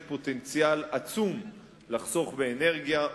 יש פוטנציאל עצום לחסוך באנרגיה.